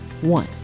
One